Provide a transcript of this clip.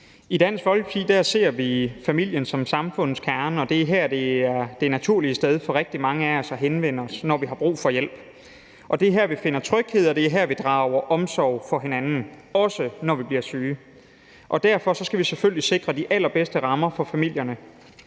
I Dansk Folkeparti ser vi familien som samfundets kerne, og det er det naturlige sted for rigtig mange af os at henvende os, når vi har brug for hjælp. Det er her, vi finder tryghed, og det er her, vi drager omsorg for hinanden, også når vi bliver syge. Derfor skal vi selvfølgelig sikre de allerbedste rammer for familierne.